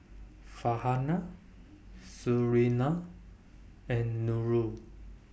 Farhanah Surinam and Nurul